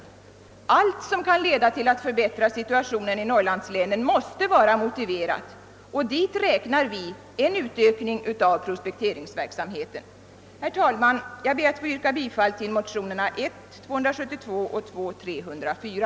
Allt som kan leda till att förbättra situationen i norrlandslänen måste vara motiverat, och dit räknar vi en utökning av prospekteringsverksamheten. Herr talman! Jag ber att få yrka bifall till motionerna I:272 och II: 304.